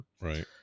right